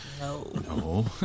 No